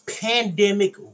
pandemic